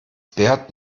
bert